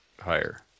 higher